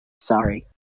sorry